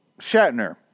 Shatner